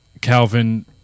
Calvin